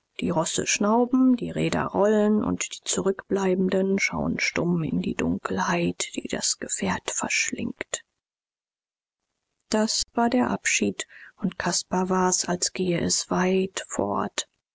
die rosse schnauben die räder rollen und die zurückbleibenden schauen stumm in die dunkelheit die das gefährt verschlingt das war der abschied und caspar war's als gehe es weit fort